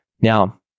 now